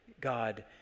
God